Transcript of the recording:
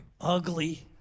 ugly